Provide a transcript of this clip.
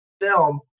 film